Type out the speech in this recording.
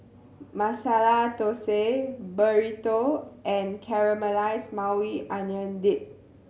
Masala Dosa Burrito and Caramelized Maui Onion Dip